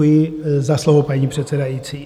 Děkuji za slovo, paní předsedající.